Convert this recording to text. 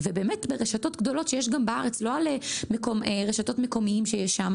וברשתות הגדולות שיש גם בארץ לא רשתות מקומיות שיש שם